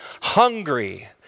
hungry